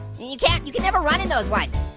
you can you can never run in those ones.